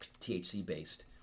THC-based